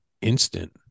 instant